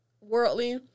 worldly